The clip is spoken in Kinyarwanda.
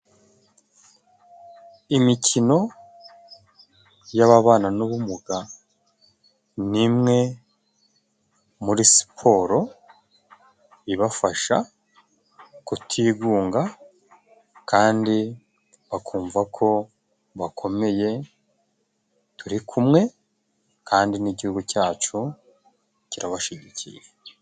Imikino y'ababana n'ubumuga ni imwe muri siporo ibafasha kutigunga, kandi bakumva ko bakomeye turi kumwe. Kandi n'Igihugu cyacu kirabashyigikiye.